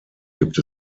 gibt